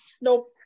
nope